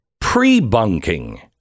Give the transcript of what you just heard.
pre-bunking